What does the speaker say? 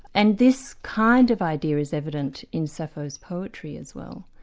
and this kind of idea is evident in sappho's poetry as well.